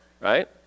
right